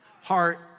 heart